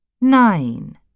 nine